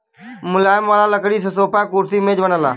मुलायम वाला लकड़ी से सोफा, कुर्सी, मेज बनला